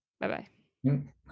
Bye-bye